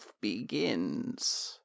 begins